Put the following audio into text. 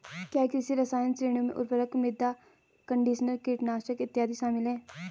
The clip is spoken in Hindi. क्या कृषि रसायन श्रेणियों में उर्वरक, मृदा कंडीशनर, कीटनाशक इत्यादि शामिल हैं?